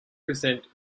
present